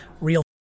real